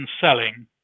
selling